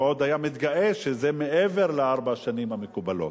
ועוד היה מתגאה שזה מעבר לארבע השנים המקובלות,